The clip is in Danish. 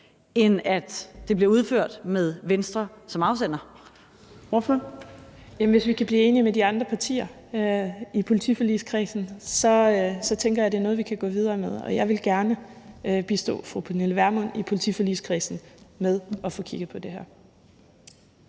Kl. 17:15 Karina Lorentzen Dehnhardt (SF): Jamen hvis vi kan blive enige med de andre partier i politiforligskredsen, så tænker jeg, at det er noget, vi kan gå videre med. Og jeg vil gerne bistå fru Pernille Vermund i politiforligskredsen med at få kigget på det her.